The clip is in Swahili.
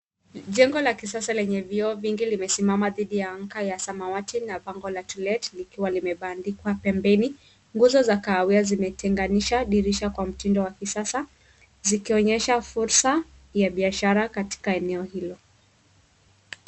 Jengo la kisasa lenye vioo vingi limesimama didhi ya anga ya samawati na bango la To Let likiwa limebandikwa pembeni, nguzo za kahawaia zimetenganisha dirisha kwa mtindo wa kisasa zikionyesha fursa ya biashara katika eneo hilo.